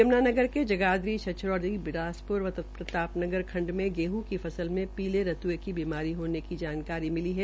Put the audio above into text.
यम्नानगर के जगाधरी छछरौली बिलासप्र व प्रताप नगर खंड में गेहूं की फसल में पीले रत्ए की बीमारी होने की जानकारी मिली है